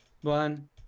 One